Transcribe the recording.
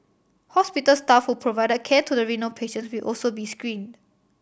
hospital staff who provided care to the renal patients will also be screened